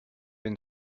been